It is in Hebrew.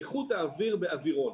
איכות האוויר באווירון,